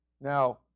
Now